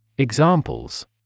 Examples